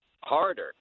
harder